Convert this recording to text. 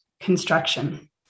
construction